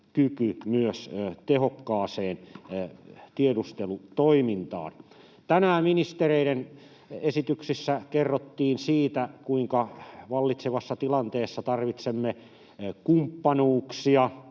myös tehokkaaseen tiedustelutoimintaan. Tänään ministereiden esityksissä kerrottiin siitä, kuinka vallitsevassa tilanteessa tarvitsemme kumppanuuksia